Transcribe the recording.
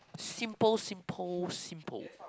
simple simple simple